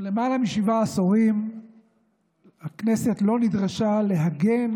למעלה משבעה עשורים הכנסת לא נדרשה להגן